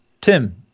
Tim